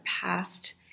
past